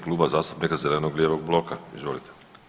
Kluba zastupnika zeleno-lijevog bloka, izvolite.